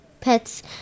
pets